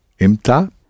I'mta